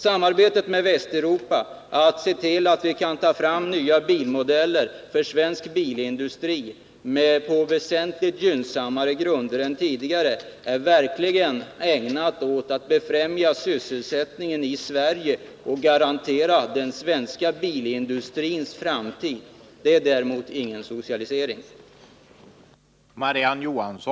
Samarbetet med Västeuropa för att se till att vi kan ta fram nya bilmodeller för svensk bilindustri på väsentligt gynnsammare grunder än tidigare är verkligen ägnat att befrämja sysselsättningen i Sverige och garantera den svenska bilindustrins framtid. Det är däremot ingen socialisering.